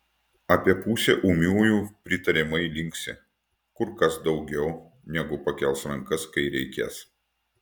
apie pusę ūmiųjų pritariamai linksi kur kas daugiau negu pakels rankas kai reikės